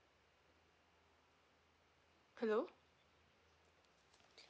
hello